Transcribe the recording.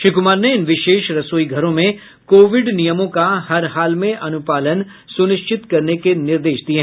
श्री कुमार ने इन विशेष रसोई घरों में कोविड नियमों का हर हाल में अनुपालन सुनिश्चित करने के निर्देश दिये